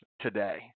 today